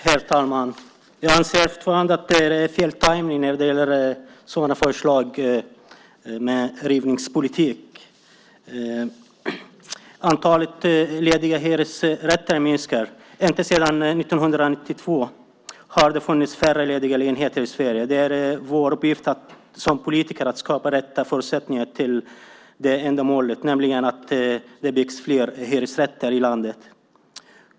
Herr talman! Jag anser fortfarande att det är fel tajmning när det gäller sådana förslag om rivningspolitik. Antalet lediga hyresrätter minskar. Inte sedan 1992 har det funnits färre lediga lägenheter i Sverige. Det är vår uppgift som politiker att skapa rätt förutsättningar för ändamålet, nämligen att det byggs fler hyresrätter i landet.